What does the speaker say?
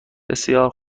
بسیار